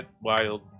wild